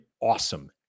awesome